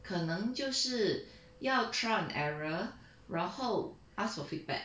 可能就是要 trial and error 然后 ask for feedback